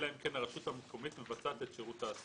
אלא אם כן הרשות המקומית מבצעת את שירות ההסעות.